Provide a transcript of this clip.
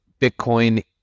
Bitcoin